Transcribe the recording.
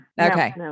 Okay